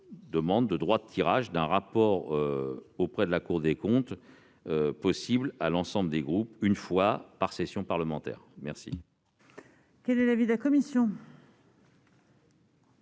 demande de droit de tirage d'un rapport auprès de la Cour des comptes, pour chaque groupe, une fois par session parlementaire. Quel